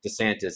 DeSantis